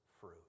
fruit